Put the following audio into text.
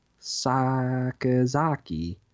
Sakazaki